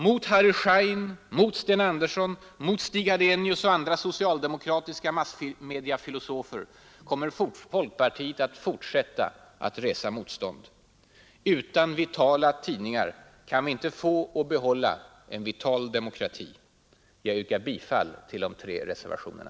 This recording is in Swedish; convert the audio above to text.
Mot stödjande ändamål Harry Schein, Sten Andersson, Stig Hadenius och andra socialdemokratiska massmediefilosofer kommer folkpartiet att fortsätta att resa motstånd. Utan vitala tidningar kan vi inte få och behålla en vital demokrati. Jag yrkar bifall till de tre reservationerna.